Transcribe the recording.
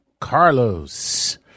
Carlos